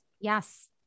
Yes